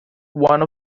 one